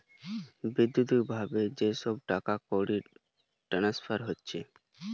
বৈদ্যুতিক ভাবে যে সব টাকাকড়ির ট্রান্সফার হচ্ছে